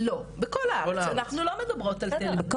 בכל הארץ אנחנו לא מדברות על תל אביב.